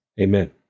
Amen